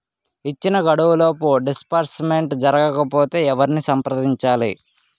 ఇచ్చిన గడువులోపు డిస్బర్స్మెంట్ జరగకపోతే ఎవరిని సంప్రదించాలి?